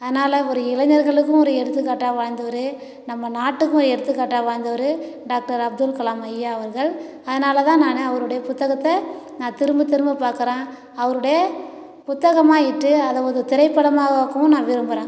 அதனால் ஒரு இளைஞர்களுக்கும் ஒரு எடுத்துக்காட்டாக வாழ்ந்தவர் நம்ம நாட்டுக்கும் எடுத்துக்காட்டாக வாழ்ந்தவர் டாக்டர் அப்துல்கலாம் ஐயா அவர்கள் அதனால தான் நான் அவருடைய புத்தகத்தை நான் திரும்பத் திரும்ப பார்க்கறேன் அவருடைய புத்தகமாக இட்டு அதை ஒரு திரைப்படமாக ஆக்கவும் நான் விரும்புகிறேன்